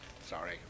Sorry